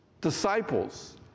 disciples